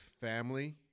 family